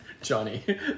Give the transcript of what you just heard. Johnny